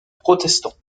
protestants